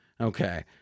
Okay